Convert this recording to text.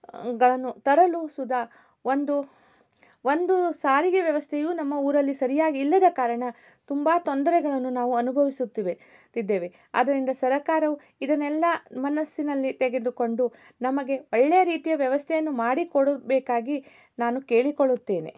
ಗಳನ್ನು ತರಲು ಸುದಾ ಒಂದು ಒಂದು ಸಾರಿಗೆ ವ್ಯವಸ್ಥೆಯು ನಮ್ಮ ಊರಲ್ಲಿ ಸರಿಯಾಗಿ ಇಲ್ಲದ ಕಾರಣ ತುಂಬ ತೊಂದರೆಗಳನ್ನು ನಾವು ಅನುಭವಿಸುತ್ತಿವೆ ತಿದ್ದೇವೆ ಆದರಿಂದ ಸರಕಾರವು ಇದನ್ನೆಲ್ಲ ಮನಸ್ಸಿನಲ್ಲಿ ತೆಗೆದುಕೊಂಡು ನಮಗೆ ಒಳ್ಳೆಯ ರೀತಿಯ ವ್ಯವಸ್ಥೆಯನ್ನು ಮಾಡಿಕೊಡಬೇಕಾಗಿ ನಾನು ಕೇಳಿಕೊಳ್ಳುತ್ತೇನೆ